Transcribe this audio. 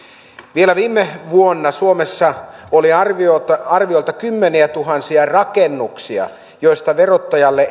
vielä viime vuonna suomessa oli arviolta kymmeniätuhansia rakennuksia joista verottajalle